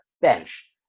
bench